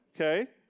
okay